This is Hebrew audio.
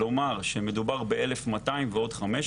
כלומר שמדובר ב-1,2000 ועוד 500